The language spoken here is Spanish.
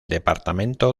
departamento